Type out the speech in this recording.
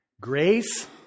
grace